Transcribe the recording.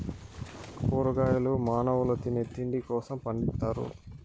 కూరగాయలు మానవుల తినే తిండి కోసం పండిత్తారు